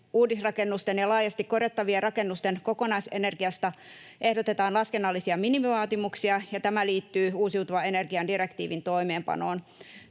uudisrakennusten ja laajasti korjattavien rakennusten kokonaisenergiasta ehdotetaan laskennallisia minimivaatimuksia. Tämä liittyy uusiutuvan energian direktiivin toimeenpanoon.